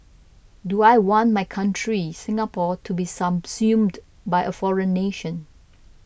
do I want my country Singapore to be subsumed by a foreign nation